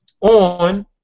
on